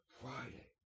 Friday